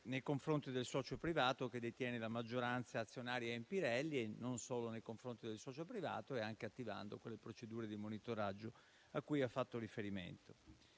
nei confronti del socio privato che detiene la maggioranza azionaria in Pirelli e non solo nei confronti del socio privato, ma anche attivando quelle procedure di monitoraggio a cui ha fatto riferimento.